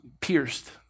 pierced